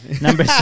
Number